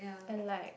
and like